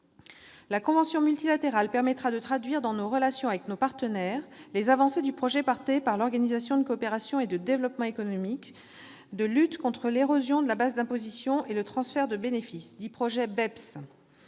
La convention multilatérale permettra de traduire dans nos relations avec nos partenaires les avancées du projet mené par l'Organisation de coopération et de développement économiques, l'OCDE, de lutte contre l'érosion de la base d'imposition et le transfert de bénéfices, dit « projet BEPS